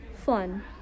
Fun